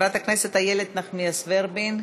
חברת הכנסת איילת נחמיאס ורבין,